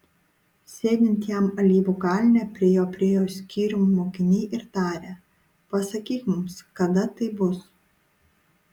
sėdint jam alyvų kalne prie jo priėjo skyrium mokytiniai ir tarė pasakyk mums kada tai bus